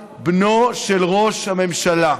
יאיר נתניהו, בנו של ראש הממשלה.